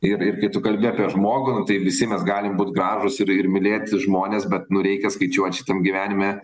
ir ir kai tu kalbi apie žmogų nu tai visi mes galim būt gražūs ir ir mylėt žmones bet nu reikia skaičiuot šitam gyvenime